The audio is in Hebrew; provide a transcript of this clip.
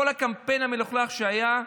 כל הקמפיין המלוכלך שהיה,